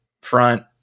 front